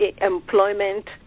employment